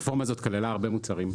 הרפורמה הזאת כללה הרבה מוצרים.